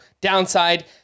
downside